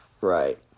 Right